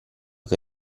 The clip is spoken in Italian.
che